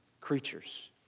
creatures